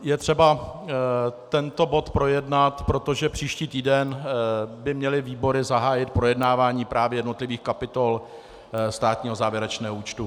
Je třeba tento bod projednat, protože příští týden by měly výbory zahájit projednávání právě jednotlivých kapitol státního závěrečného účtu.